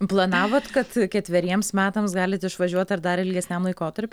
planavot kad ketveriems metams galit išvažiuot ar dar ilgesniam laikotarpiui